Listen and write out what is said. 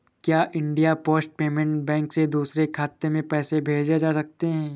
क्या India post payment bank से दूसरे खाते में पैसे भेजे जा सकते हैं?